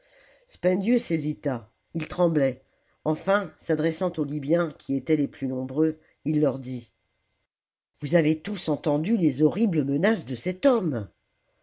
spendius hésita il tremblait enfin s'adressant aux libyens qui étaient les plus nombreux il leur dit vous avez tous entendu les horribles menaces de cet homme